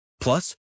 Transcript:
Plus